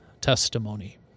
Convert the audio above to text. testimony